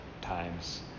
times